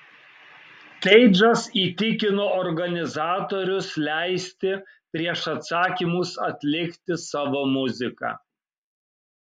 keidžas įtikino organizatorius leisti prieš atsakymus atlikti savo muziką